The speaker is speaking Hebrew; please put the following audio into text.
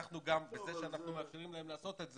בזה שאנחנו מאפששים להם לעשות את זה,